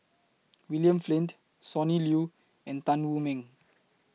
William Flint Sonny Liew and Tan Wu Meng